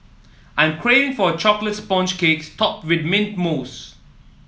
I'm craving for a chocolate sponge cakes topped with mint mousse